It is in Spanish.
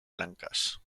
blancas